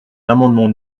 l’amendement